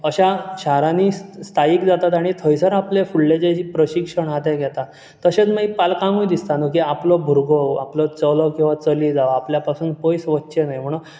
अश्या शारांनी स्थायीक जातात आनी थंयसर आपले जे फुडले प्रशिक्षण हा ते घेता तशेंच मागीर पालकांकूय दिसता न्ही आपलो भुरगो चलो किंवा चली जावं आपल्या पासून पयस वच्ची न्हय म्हणून